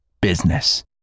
Business